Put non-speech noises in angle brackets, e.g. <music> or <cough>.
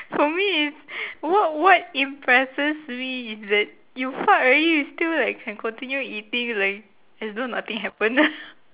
for me is what what impresses me is that you fart already you still like can continue eating like as though nothing happen <laughs>